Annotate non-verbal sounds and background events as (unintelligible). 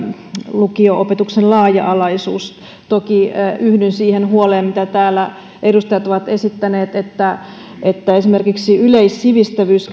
lukio opetuksen laaja alaisuus toki yhdyn siihen huoleen mitä täällä edustajat ovat esittäneet että esimerkiksi yleissivistävyys (unintelligible)